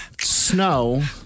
Snow